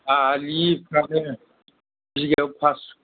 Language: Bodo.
आलिफ्रानो बिगायाव फासस'